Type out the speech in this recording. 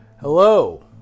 Hello